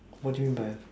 what you mean by